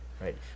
Right